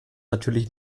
natürlich